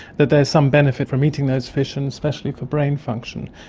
that there is some benefit from eating those fish and especially for brain function.